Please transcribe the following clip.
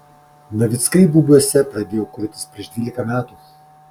navickai bubiuose pradėjo kurtis prieš dvylika metų